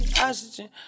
Oxygen